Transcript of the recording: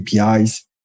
APIs